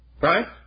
Right